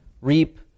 reap